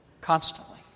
constantly